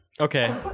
Okay